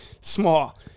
small